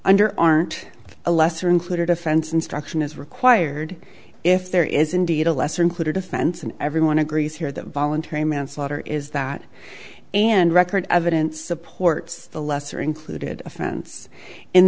under aren't a lesser included offense instruction is required if there is indeed a lesser included offense and everyone agrees here that voluntary manslaughter is that and record evidence supports the lesser included offense in